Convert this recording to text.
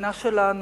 המדינה שלנו,